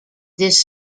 this